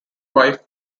wife